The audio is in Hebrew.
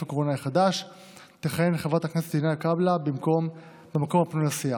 הקורונה חדש תכהן חברת הכנסת עינב קאבלה במקום הפנוי לסיעה.